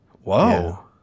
whoa